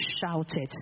shouted